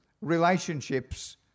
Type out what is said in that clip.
relationships